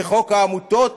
וחוק העמותות